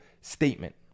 statement